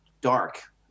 dark